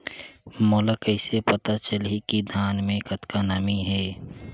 मोला कइसे पता चलही की धान मे कतका नमी हे?